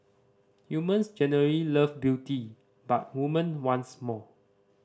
humans generally love beauty but women wants more